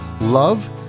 Love